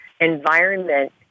environment